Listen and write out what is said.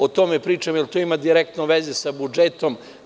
O tome pričam, jer to ima direktno veze sa budžetom.